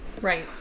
Right